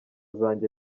zanjye